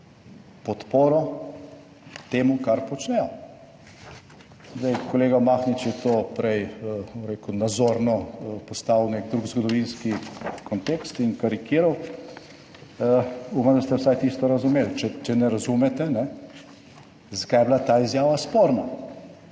podporo temu kar počnejo. Zdaj, kolega Mahnič je to prej nazorno postal v nek drug zgodovinski kontekst in karikiral. Upam, da ste vsaj tisto razumeli, če ne razumete, zakaj je bila ta izjava sporna.